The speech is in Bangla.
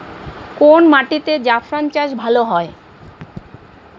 কোন মাটিতে জাফরান চাষ ভালো হয়?